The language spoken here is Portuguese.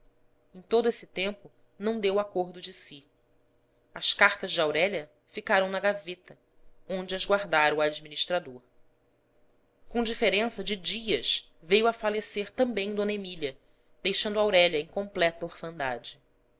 em todo esse tempo não deu acordo de si as cartas de aurélia ficaram na gaveta onde as guardara o administrador com diferença de dias veio a falecer também d emília deixando aurélia em completa orfandade